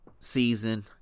season